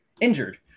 injured